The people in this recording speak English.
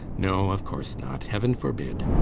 no of course not! heaven forbid!